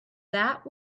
that